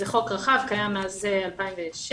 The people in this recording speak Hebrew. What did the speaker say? זה חוק רחב, שקיים מאז 2006,